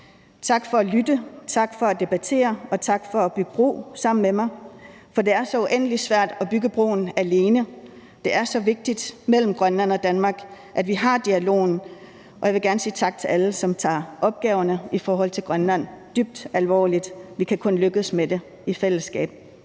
Tak for at lytte, tak for at debattere, og tak for at bygge bro sammen med mig, for det er så uendelig svært at bygge broen alene. Det er så vigtigt, at vi har dialogen mellem Danmark og Grønland, og jeg vil gerne sige tak til alle, som tager opgaverne i forhold til Grønland dybt alvorligt. Vi kan kun lykkes med det i fællesskab.